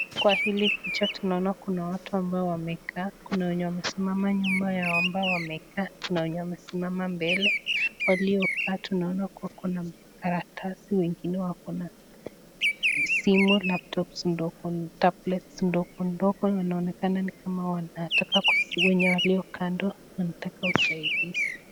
Kwa hili picha tunanaona kuna watu ambao wamekaa. Kuna wenye wanasimama nyuma ya ambao wamekaa, kuna wenye wamesimama mbele waliokaaa tunaona wako na karatasi wengine wako na simu, laptops, tablets ndogo ndogo inaonekana ni kama walio kando wanataka usaidizi.